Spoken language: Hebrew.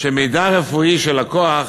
שמידע רפואי של לקוח